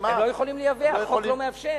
החוק לא מאפשר.